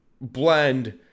blend